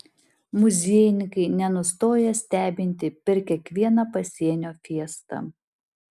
muziejininkai nenustoja stebinti per kiekvieną pasienio fiestą